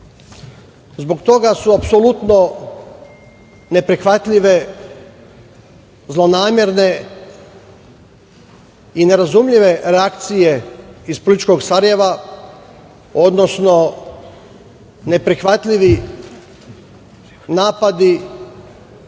toga su apsolutno neprihvatljive zlonamerne i nerazumljive reakcije iz političkog Sarajeva, odnosno neprihvatljivi napadi